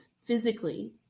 physically